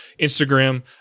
Instagram